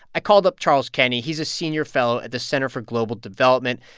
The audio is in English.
i called up charles kenny. he's a senior fellow at the center for global development.